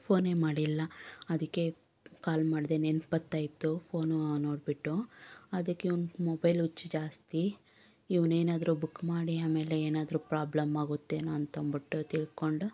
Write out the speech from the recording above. ಫೋನೇ ಮಾಡಿಲ್ಲ ಅದಕ್ಕೆ ಕಾಲ್ ಮಾಡಿದೆ ನೆನ್ಪು ಬರ್ತಾಯಿತ್ತು ಫೋನು ನೋಡಿಬಿಟ್ಟು ಅದಕ್ಕೆ ಇವ್ನ್ಗೆ ಮೊಬೈಲ್ ಹುಚ್ಚು ಜಾಸ್ತಿ ಇವನೇನಾದ್ರೂ ಬುಕ್ ಮಾಡಿ ಆಮೇಲೆ ಏನಾದ್ರೂ ಪ್ರಾಬ್ಲಮ್ಮಾಗುತ್ತೇನೋ ಅಂತಂದ್ಬಿಟ್ಟು ತಿಳ್ಕೊಂಡು